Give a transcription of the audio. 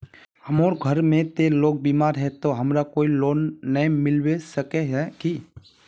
हमर घर में ते लोग बीमार है ते हमरा कोई लोन नय मिलबे सके है की?